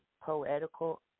Poetical